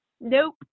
Nope